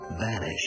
vanish